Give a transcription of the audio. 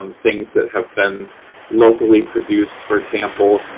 um things that have been locally produced, for example,